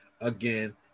again